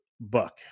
Buck